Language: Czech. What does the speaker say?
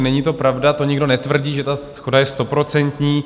Není to pravda, to nikdo netvrdí, že ta shoda je stoprocentní.